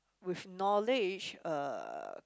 with knowledge uh